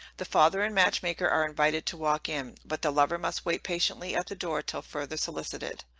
the father and match-maker are invited to walk in, but the lover must wait patiently at the door till further solicited.